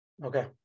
Okay